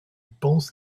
pense